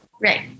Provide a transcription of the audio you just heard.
right